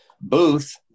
booth